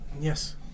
Yes